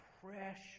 pressure